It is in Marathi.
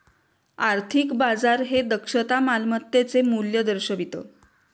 आर्थिक बाजार हे दक्षता मालमत्तेचे मूल्य दर्शवितं